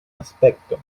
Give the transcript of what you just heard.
aspecto